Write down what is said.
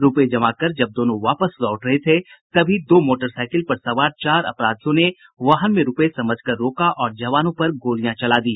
रुपये जमा कर जब दोनों लौट रहे थे तभी दो मोटरसाइकिल पर सवार चार अपराधियों ने वाहन में रुपये समझ कर रोका और जवानों पर गोलियां चला दी